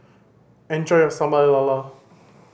enjoy your Sambal Lala